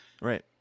right